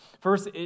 First